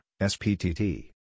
SPTT